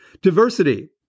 Diversity